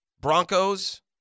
Broncos